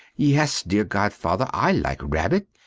yes, dear godfather, i like rabbit.